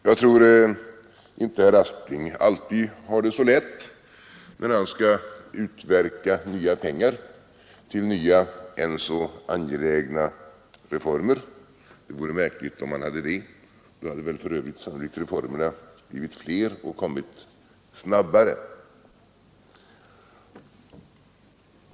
Jag tror att herr Aspling inte alltid har det så lätt när han skall utverka pengar till nya reformer, hur angelägna de än är. Det vore märkligt om han hade det — då hade för övrigt reformerna sannolikt blivit fler och kommit snabbare.